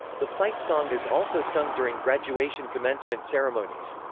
the fight song is also sung during graduation commencement ceremonies.